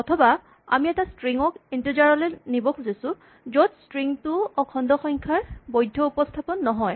অথবা আমি এটা ষ্ট্ৰিং ক ইন্টেজাৰ লৈ নিব খুজিছোঁ য'ত ষ্ট্ৰিং টো অখণ্ড সংখ্যাৰ বৈধ উপস্হাপন নহয়